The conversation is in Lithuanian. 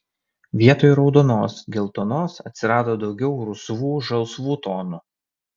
vietoj raudonos geltonos atsirado daugiau rusvų žalsvų tonų